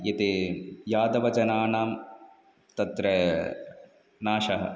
एते यादवजनानां तत्र नाशः